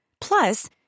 Plus